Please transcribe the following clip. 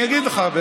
אני אגיד לך.